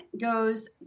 goes